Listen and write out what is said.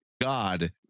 god